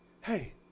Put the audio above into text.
Hey